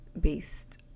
based